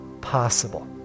possible